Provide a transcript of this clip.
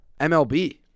MLB